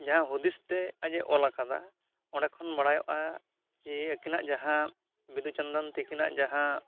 ᱡᱟᱦᱟᱸ ᱦᱩᱫᱤᱥ ᱛᱮ ᱟᱡ ᱮ ᱚᱞ ᱠᱟᱫᱟ ᱚᱸᱰᱮ ᱠᱷᱚᱱ ᱵᱟᱲᱟᱭᱚᱜᱼᱟ ᱡᱮ ᱟᱹᱠᱤᱱᱟᱜ ᱡᱟᱦᱟᱸ ᱵᱤᱸᱫᱩᱼᱪᱟᱸᱫᱟᱱ ᱛᱟᱹᱠᱤᱱᱟᱜ ᱡᱟᱦᱟᱸ